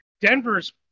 Denver's